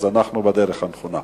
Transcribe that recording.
אז אנחנו בדרך הנכונה.